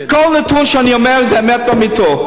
כל נתון שאני אומר זה אמת לאמיתה.